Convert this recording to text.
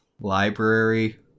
Library